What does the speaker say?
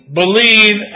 believe